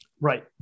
Right